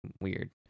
weird